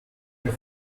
der